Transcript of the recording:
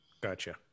Gotcha